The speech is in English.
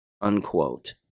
Unquote